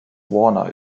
warner